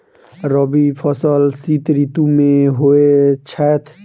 रबी फसल शीत ऋतु मे होए छैथ?